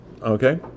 okay